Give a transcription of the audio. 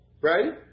right